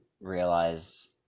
realize